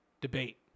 debate